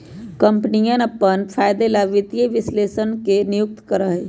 कम्पनियन अपन फायदे ला वित्तीय विश्लेषकवन के नियुक्ति करा हई